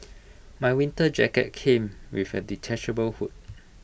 my winter jacket came with A detachable hood